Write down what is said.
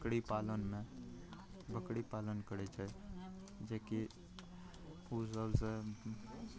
बक बकरी पालनमे बकरी पालन करै छै जेकि ओसबसे